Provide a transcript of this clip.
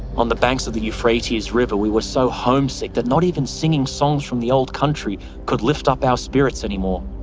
on the banks of the euphrates river, we were so homesick that not even singing songs from the old country could lift up our spirits anymore.